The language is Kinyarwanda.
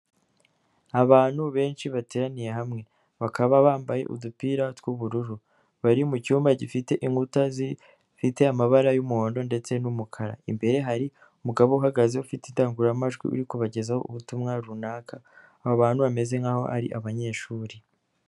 Abantu benshi bateraniye hamwe, bakaba bambaye udupira tw'ubururu, bari mucyumba gifite inkuta zifite amabara y'umuhondo ndetse n'umukara, imbere hari umugabo uhagaze ufite idangururamajwi, uri kubagezaho ubutumwa runaka, aba abantutu bameze nk'aho ari abanyeshuri.